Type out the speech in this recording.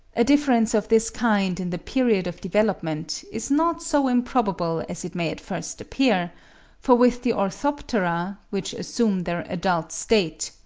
a difference of this kind in the period of development is not so improbable as it may at first appear for with the orthoptera, which assume their adult state,